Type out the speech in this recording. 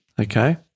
Okay